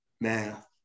math